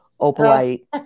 opalite